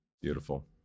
Beautiful